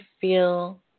feel